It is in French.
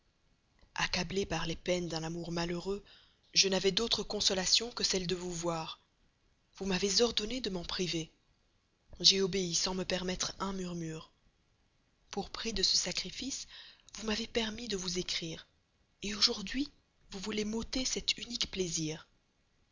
accablé par les peines d'un amour malheureux je n'avais d'autre consolation que celle de vous voir vous m'avez ordonné de m'en priver j'obéis sans me permettre un murmure pour prix de ce sacrifice vous m'avez permis de vous écrire aujourd'hui vous voulez m'ôter cet unique plaisir